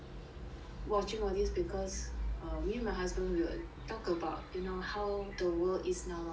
watching all these cause err me and my husband we will talk about you know how the world is now lor